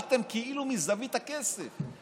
באתם כאילו מזווית הכסף,